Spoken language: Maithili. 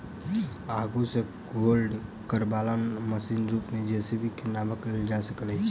आगू सॅ लोड करयबाला मशीनक रूप मे जे.सी.बी के नाम लेल जा सकैत अछि